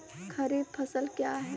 खरीफ फसल क्या हैं?